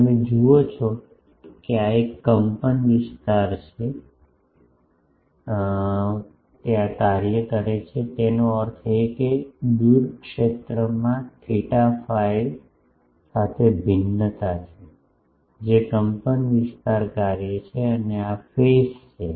તમે જુઓ છો કે આ એક કંપનવિસ્તાર કાર્ય છે તેનો અર્થ એ કે દૂર ક્ષેત્રમાં થિટા ફાઈ સાથે ભિન્નતા છે જે કંપનવિસ્તાર કાર્ય છે અને આ ફેઝ છે